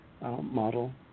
model